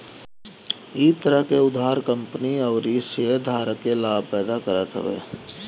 इ तरह के उधार कंपनी अउरी शेयरधारक के लाभ पैदा करत हवे